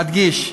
אדגיש: